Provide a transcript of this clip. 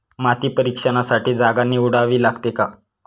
माती परीक्षणासाठी जागा निवडावी लागते का?